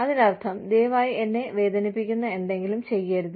അതിനർത്ഥം ദയവായി എന്നെ വേദനിപ്പിക്കുന്ന എന്തെങ്കിലും ചെയ്യരുത്